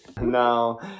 No